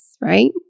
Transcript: right